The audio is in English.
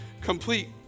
complete